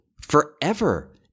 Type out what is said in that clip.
forever